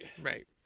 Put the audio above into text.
Right